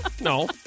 No